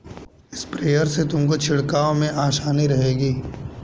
sprayer से तुमको छिड़काव में आसानी रहेगी